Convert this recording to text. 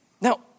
Now